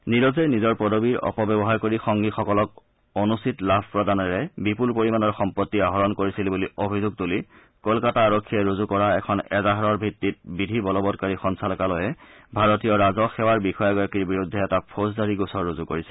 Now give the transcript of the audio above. নীৰজে নিজৰ পদবীৰ অপব্যৱহাৰ কৰি সংগীসকলক অনুচিত লাভ প্ৰদানেৰে বিপুল পৰিমাণৰ সম্পত্তি আহৰণ কৰিছিল বুলি অভিযোগ তুলি কলকাতা আৰক্ষীয়ে ৰুজু কৰা এখন এজাহাৰৰ ভিত্তিত বিধি বলবৎকাৰী সঞ্চালকালয়ে ভাৰতীয় ৰাজহ সেৱাৰ বিষয়াগৰাকীৰ বিৰুদ্ধে এটা ফৌজদাৰী গোচৰ ৰুজু কৰিছে